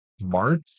March